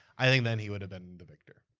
i think then he would have been the victor.